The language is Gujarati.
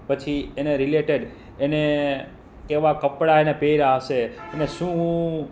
પછી એને રિલેટેડ એણે કેવાં કપડાં એણે પહેર્યાં હશે એને શું